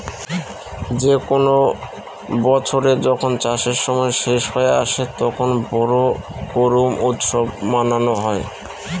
যে কোনো বছরে যখন চাষের সময় শেষ হয়ে আসে, তখন বোরো করুম উৎসব মানানো হয়